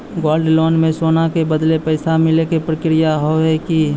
Gold loan मे सोना के बदले पैसा मिले के प्रक्रिया हाव है की?